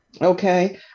Okay